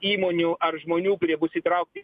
įmonių ar žmonių kurie bus įtraukti